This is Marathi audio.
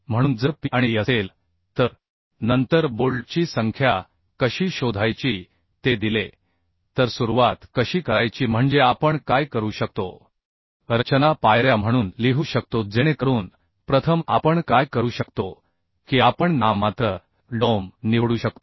म्हणून जर p आणि e असेल तर नंतर बोल्टची संख्या कशी शोधायची ते दिले तर सुरुवात कशी करायची म्हणजे आपण काय करू शकतो रचना पायऱ्या म्हणून लिहू शकतो जेणेकरून प्रथम आपण काय करू शकतो की आपण नाममात्र डोम निवडू शकतो